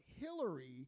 Hillary